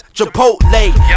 Chipotle